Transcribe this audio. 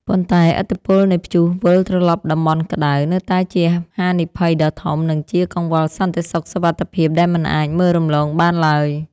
ប៉ុន្តែឥទ្ធិពលនៃ ព្យុះវិលត្រឡប់តំបន់ក្ដៅ នៅតែជាហានិភ័យដ៏ធំ និងជាកង្វល់សន្តិសុខសុវត្ថិភាពដែលមិនអាចមើលរំលងបានឡើយ។